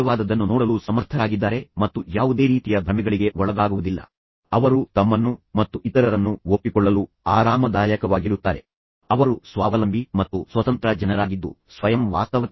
ತದನಂತರ ನಿಮ್ಮ ಕಡೆಯಿಂದ ಈ ಪರಿಸ್ಥಿತಿಯಲ್ಲಿ ನೀವು ಹೇಗೆ ಸುಧಾರಿಸಬಹುದು ಎಂಬುದನ್ನು ನೋಡೋಣ ನೀವು ಅಂಕಗಳನ್ನು ಕಳೆದುಕೊಂಡಿರುವ ನಿರ್ದಿಷ್ಟ ವಿಷಯಕ್ಕೆ ಟ್ಯೂಷನ್ ಅಗತ್ಯವಿದೆಯೇ